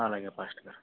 అలాగే ఫాస్టర్ గారు